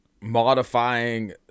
modifying